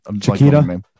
Chiquita